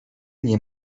nie